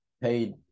Paid